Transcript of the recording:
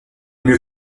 mieux